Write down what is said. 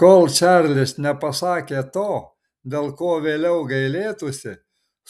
kol čarlis nepasakė to dėl ko vėliau gailėtųsi